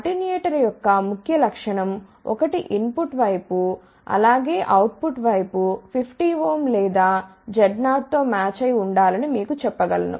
attenuator యొక్క ముఖ్య లక్షణం ఒకటి ఇన్ పుట్ వైపు అలాగే అవుట్ పుట్ వైపు 50Ω లేదా Z0 తో మ్యాచ్ అయి ఉండాలని మీకు చెప్పగలను